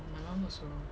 oh my mum also